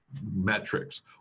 metrics